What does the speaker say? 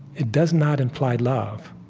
it does not imply love.